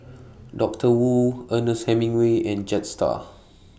Doctor Wu Ernest Hemingway and Jetstar